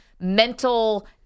mental